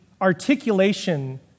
articulation